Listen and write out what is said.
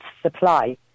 supply